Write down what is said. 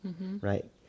right